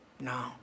no